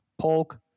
Polk